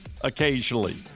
occasionally